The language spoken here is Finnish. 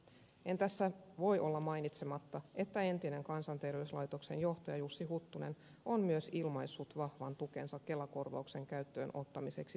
en tässä voi olla mainitsematta että entinen kansanterveyslaitoksen johtaja jussi huttunen on myös ilmaissut vahvan tukensa kelakorvauksen käyttöönottamiseksi täydentäville rokotteille